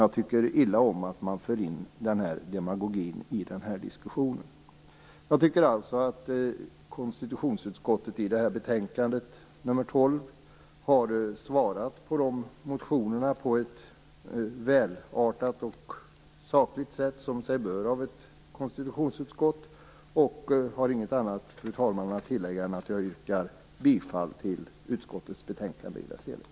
Jag tycker illa om att man för in den demagogin i den här diskussionen. Jag tycker att konstitutionsutskottet i betänkande nr 12 har svarat på motionerna på ett välartat och sakligt sätt, som sig bör av ett konstitutionsutskott. Jag har inget annat att tillägga, fru talman, än att yrka bifall till utskottets hemställan i dess helhet.